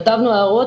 כתבנו הערות,